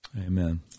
Amen